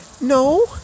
No